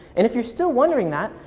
and if you're still wondering that,